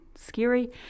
scary